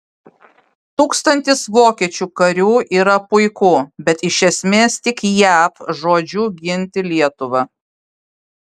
tūkstantis vokiečių karių yra puiku bet iš esmės tik jav žodžiu ginti lietuvą